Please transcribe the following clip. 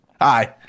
Aye